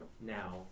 now